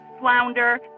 flounder